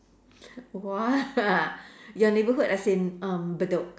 !wah! your neighborhood as in um Bedok